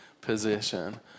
position